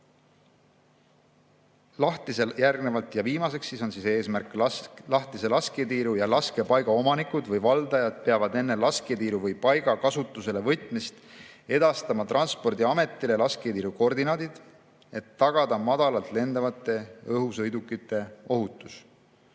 möödas. Järgnevalt viimane eesmärk: lahtise lasketiiru ja laskepaiga omanikud või valdajad peavad enne lasketiiru või ‑paiga kasutusele võtmist edastama Transpordiametile lasketiiru koordinaadid, et tagada madalalt lendavate õhusõidukite ohutus.